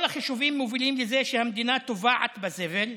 כל החישובים מובילים לזה שהמדינה טובעת בזבל.